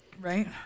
Right